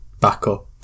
backup